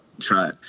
try